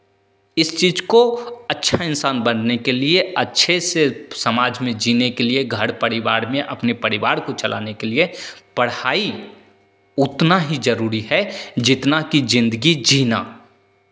इस चीज़ को अच्छा इंसान बनने के लिए अच्छे से समाज में जीने के लिए घर परिवार में अपने परिवार को चलाने के लिए पढ़ाई उतना ही जरूरी है जितना कि ज़िंदगी जीना